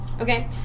Okay